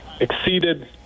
exceeded